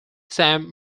sam